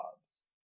jobs